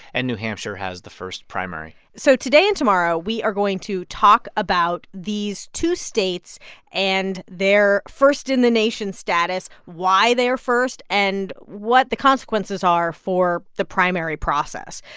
and new hampshire has the first primary so today and tomorrow, we are going to talk about these two states and their first-in-the-nation status, why they are first and what the consequences are for the primary process.